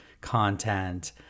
content